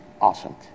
awesome